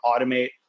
automate